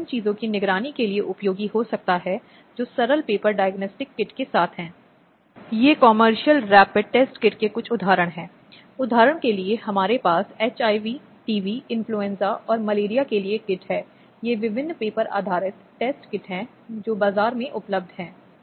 बच्चों की निगरानी के संबंध में अंतिम निर्णय अदालत द्वारा लिया जाएगा और इस उद्देश्य के लिए अलग अलग अन्य कानून हैं जो संरक्षकता आदि के कानूनों से संबंधित हैं इसलिए हालांकि यह प्रभावित नहीं होता है यह कानून तत्काल